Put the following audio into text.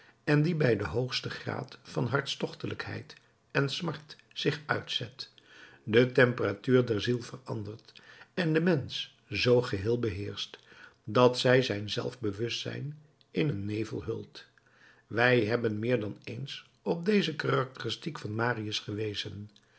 en die bij den hoogsten graad van hartstochtelijkheid en smart zich uitzet de temperatuur der ziel verandert en den mensch zoo geheel beheerscht dat zij zijn zelfbewustzijn in een nevel hult wij hebben meer dan eens op dezen karaktertrek van marius gewezen